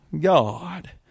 God